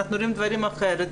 אנחנו רואים דברים אחרת,